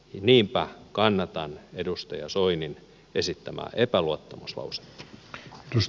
niinpä kannatan edustaja soinin esittämää epäluottamuslausetta